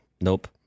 nope